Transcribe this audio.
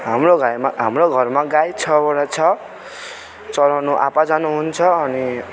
हाम्रो घरमा हाम्रो घरमा गाई छवटा छ चराउनु आप्पा जानु हुन्छ अनि